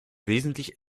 wesentlich